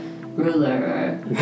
ruler